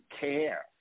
care